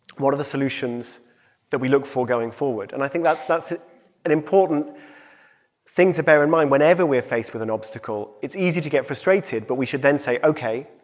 what are the solutions that we look for going forward? and i think that's that's an important thing to bear in mind whenever we're faced with an obstacle. it's easy to get frustrated, but we should then say ok,